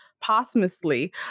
posthumously